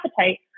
appetite